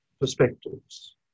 perspectives